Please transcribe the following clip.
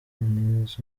nk’izo